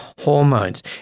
hormones